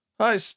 Hi